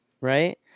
Right